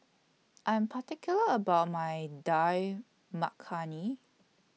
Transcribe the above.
I Am particular about My Dal Makhani